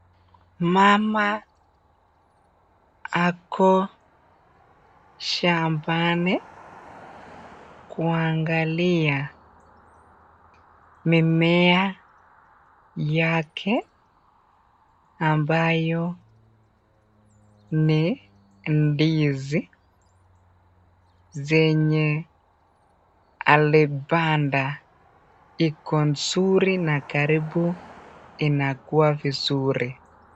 Mama ako shambani kuangalia mimea yake ambayo ni ndizi zenye alipanda. Iko nzuri na karibu inakuwa vizuri.